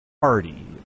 party